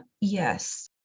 yes